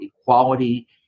equality